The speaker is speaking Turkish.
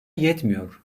yetmiyor